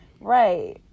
Right